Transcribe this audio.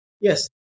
Yes